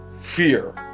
Fear